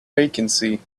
vacancy